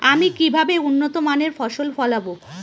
আমি কিভাবে উন্নত মানের ফসল ফলাবো?